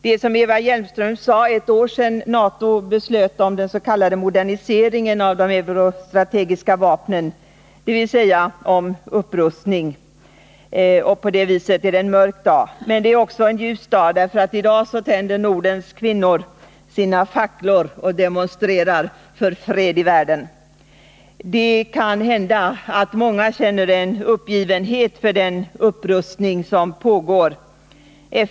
Det är, som Eva Hjelmström sade, nu ett år sedan NATO beslöt om den s.k. moderniseringen av de eurostrategiska vapnen, dvs. om upprustning. På det viset är det en mörk dag. Men det är samtidigt en ljus dag, därför att Nordens kvinnor i dag tänder sina facklor och demonstrerar för fred i världen. Det kan hända att många känner uppgivenhet inför den upprustning som pågår.